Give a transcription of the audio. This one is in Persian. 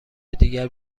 دیگر